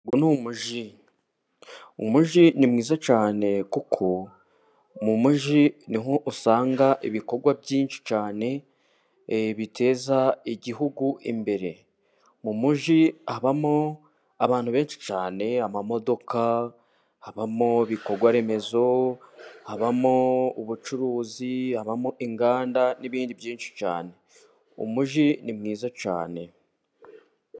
Uyu ni umujyi. Umujyi ni mwiza cyane kuko mu mujyi niho usanga ibikorwa byinshi cyane biteza igihugu imbere. Mu mujyi habamo abantu benshi cyane, amamodoka, habamo ibikorwa remezo, habamo ubucuruzi, habamo inganda n'ibindi byinshi cyane. Umujyi ni mwiza cyane.